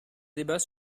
débat